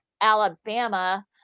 Alabama